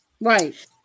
Right